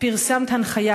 פרסמת הנחיה,